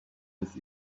his